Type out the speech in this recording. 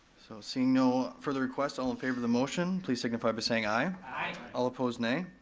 so seeing no further requests, all in favor of the motion please signify by saying aye. aye. all opposed nay.